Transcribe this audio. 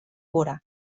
pura